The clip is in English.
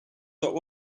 top